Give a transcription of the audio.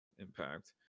impact